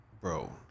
Bro